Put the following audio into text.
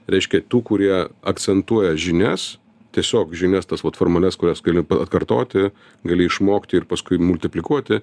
reiškia tų kurie akcentuoja žinias tiesiog žinias tas vat formalias kurias gali pa atkartoti gali išmokti ir paskui multiplikuoti